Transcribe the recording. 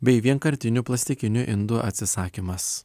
bei vienkartinių plastikinių indų atsisakymas